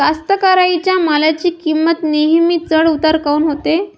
कास्तकाराइच्या मालाची किंमत नेहमी चढ उतार काऊन होते?